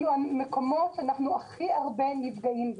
אלה המקומות שאנחנו הכי הרבה נפגעים בהם.